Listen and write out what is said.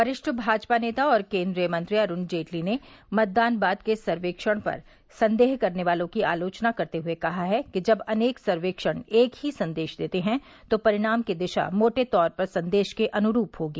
वरिष्ठ भाजपा नेता और केंद्रीय मंत्री अरुण जेटली ने मतदान बाद के सर्वेक्षण पर संदेह करने वालों की आलोचना करते हुए कहा है कि जब अनेक सर्वेक्षण एक ही संदेश देते हैं तो परिणाम की दिशा मोटे तौर पर संदेश के अनुरूप होगी